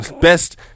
Best